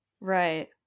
Right